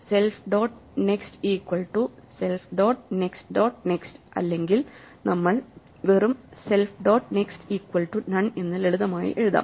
self dot next equal to self dot next dot next അല്ലെങ്കില് നമ്മൾ വെറും self dot next equal to none എന്ന് ലളിതമായി എഴുതാം